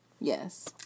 Yes